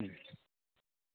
ꯎꯝ